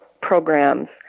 programs